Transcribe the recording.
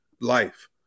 life